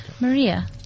Maria